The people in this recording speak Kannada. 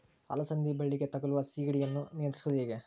ಅಲಸಂದಿ ಬಳ್ಳಿಗೆ ತಗುಲುವ ಸೇಗಡಿ ಯನ್ನು ನಿಯಂತ್ರಿಸುವುದು ಹೇಗೆ?